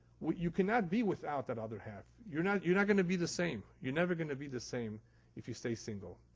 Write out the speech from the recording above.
you cannot be without that other half. you're not you're not going to be the same. you're never going to be the same if you stay single.